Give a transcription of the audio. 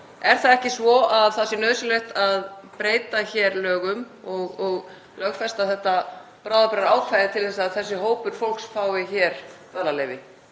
er það ekki svo að það sé nauðsynlegt að breyta hér lögum og lögfesta þetta bráðabirgðaákvæði til þess að þessi hópur fólks fái hér dvalarleyfi.